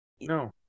No